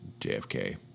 JFK